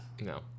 no